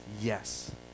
yes